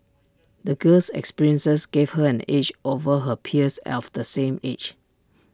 the girl's experiences gave her an edge over her peers of the same age